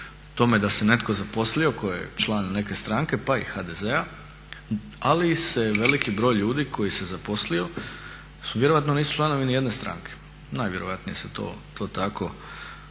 tome da se netko zaposlio tko je član neke stranke pa i HDZ-a, ali se veliki broj ljudi koji se zaposlio vjerojatno nisu članovi nijedne stranke, najvjerojatnije se to tako o